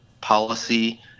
policy